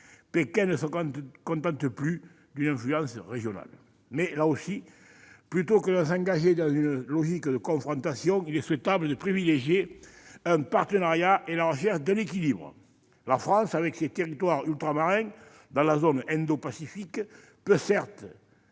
Pékin ne se contente plus d'une influence régionale. Mais, là aussi, plutôt que de s'engager dans une logique de confrontation, il est souhaitable de privilégier le partenariat et la recherche d'un équilibre. La France, avec ses territoires ultramarins dans la zone indopacifique, peut être